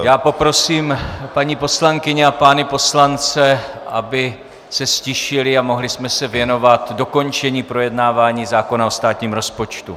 Já poprosím paní poslankyně a pány poslance, aby se ztišili, abychom se mohli věnovat dokončení projednávání zákona o státním rozpočtu.